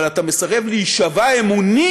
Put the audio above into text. אבל אם אתה מסרב להישבע אמונים,